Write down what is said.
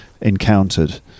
encountered